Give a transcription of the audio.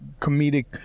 comedic